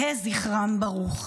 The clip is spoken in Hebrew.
יהי זכרם ברוך.